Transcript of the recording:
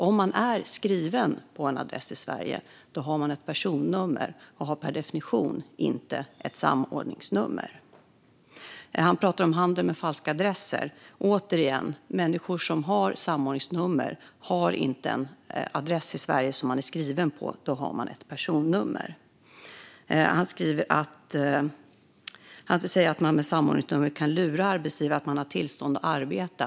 Om man är skriven på en adress i Sverige har man nämligen ett personnummer och har per definition inte ett samordningsnummer. Han talar om handel med falska adresser. Återigen: Människor som har samordningsnummer har inte en adress i Sverige som de är skrivna på. I så fall har de ett personnummer. Han säger att man med samordningsnummer kan lura arbetsgivare att man har tillstånd att arbeta.